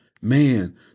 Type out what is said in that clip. Man